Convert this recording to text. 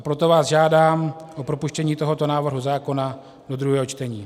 Proto vás žádám o propuštění tohoto návrhu zákona do druhého čtení.